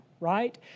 right